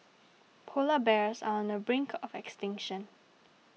Polar Bears are on the brink of extinction